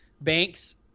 Banks